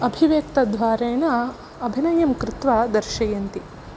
अभिव्यक्तद्वारेण अभिनयं कृत्वा दर्शयन्ति